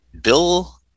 Bill